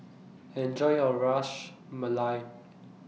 Enjoy your Ras Malai